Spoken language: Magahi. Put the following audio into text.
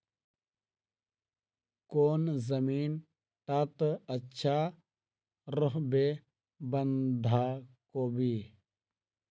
कौन जमीन टत अच्छा रोहबे बंधाकोबी?